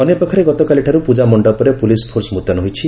ଅନ୍ୟପକ୍ଷରେ ଗତକାଲିଠାରୁ ପୂଜା ମଣ୍ଡପରେ ପୁଲିସ ପୋର୍ସ ମୁତୟନ ହୋଇଛନ୍ତି